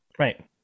Right